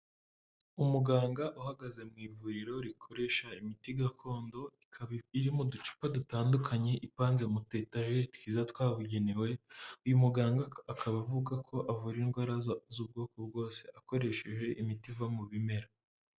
Umuganga uhagaze mu ivuriro rikoresha imiti gakondo, ikaba iri mu ducupa dutandukanye, ipanze mu tuyetajeri twiza twabugenewe, uyu muganga akaba avuga ko avura indwara z'ubwoko bwose, akoresheje imiti iva mu bimera.